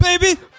baby